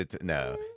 No